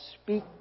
speak